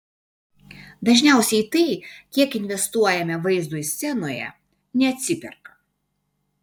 dažniausiai tai kiek investuojame vaizdui scenoje neatsiperka